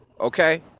okay